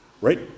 Right